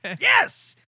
yes